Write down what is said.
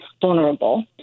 vulnerable